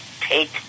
take